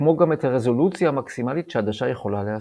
כמו גם את הרזולוציה המקסימלית שהעדשה יכולה להשיג.